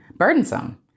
burdensome